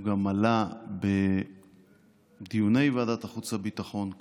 הוא גם עלה בדיוני ועדת החוץ והביטחון,